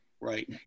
right